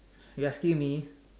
you asking me